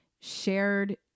shared